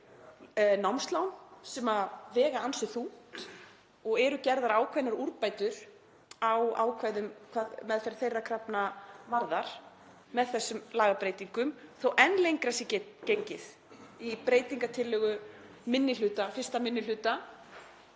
námslán sem vega ansi þungt og eru gerðar ákveðnar úrbætur á ákvæðum hvað meðferð þeirra krafna varðar með þessum lagabreytingum þó að enn lengra sé gengið í breytingartillögu 1. minni hluta